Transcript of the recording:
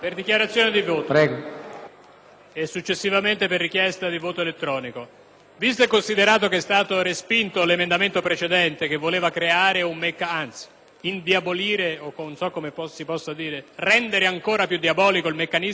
visto e considerato che è stato respinto l'emendamento precedente teso a rendere meno diabolico